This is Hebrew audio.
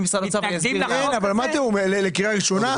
לקריאה ראשונה?